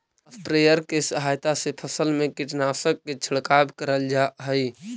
sprayer के सहायता से फसल में कीटनाशक के छिड़काव करल जा हई